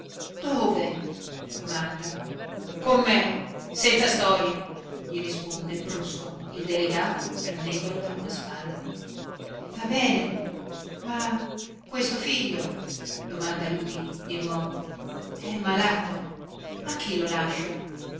dove domanda con me senza storie gli risponde brusco il delegato prendendolo per una spalla va bene ma questo figlio domanda lui di nuovo è malato a chi lo lascio